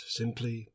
simply